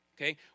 okay